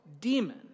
demon